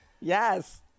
yes